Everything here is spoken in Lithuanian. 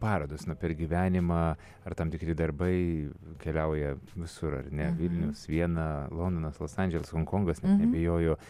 parodos na per gyvenimą ar tam tikri darbai keliauja visur ar ne vilnius viena londonas los anželas honkongas neabejoju